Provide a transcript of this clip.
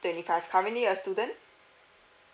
twenty five currently a student